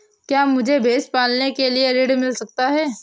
क्या मुझे भैंस पालने के लिए ऋण मिल सकता है?